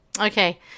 Okay